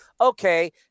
okay